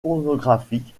pornographique